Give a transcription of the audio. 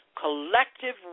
Collective